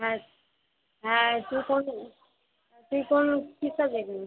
হ্যাঁ হ্যাঁ তুই কোন ইয়ে তুই কোন কী সাবজেক্ট নিবি